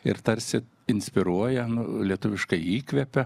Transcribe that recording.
ir tarsi inspiruoja nu lietuviškai įkvepia